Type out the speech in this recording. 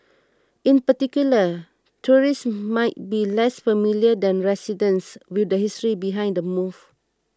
in particular tourists might be less familiar than residents with the history behind the move